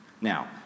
Now